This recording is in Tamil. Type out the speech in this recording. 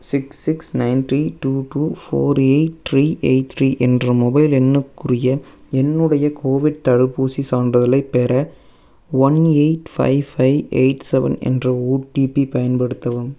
six six nine three two two four eight three eight three என்ற மொபைல் எண்ணுக்குரிய என்னுடைய கோவிட் தடுப்பூசிச் சான்றிதலைப் பெற one eight five five eight seven என்ற ஓடிபி பயன்படுத்தவும்